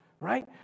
right